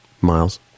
miles